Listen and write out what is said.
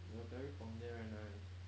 the curry png there very nice